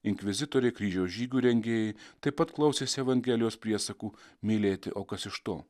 inkvizitoriai kryžiaus žygių rengėjai taip pat klausėsi evangelijos priesakų mylėti o kas iš to